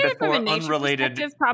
unrelated